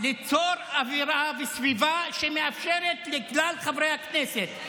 ליצור אווירה וסביבה שמאפשרות לכלל חברי הכנסת,